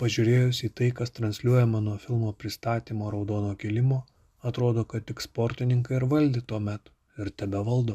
pažiūrėjus į tai kas transliuojama nuo filmo pristatymo raudono kilimo atrodo kad tik sportininkai ir valdė tuomet ir tebevaldo